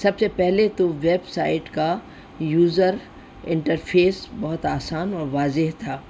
سب سے پہلے تو ویب سائٹ کا یوزر انٹر فیس بہت آسان اور واضح تھا